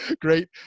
Great